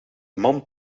man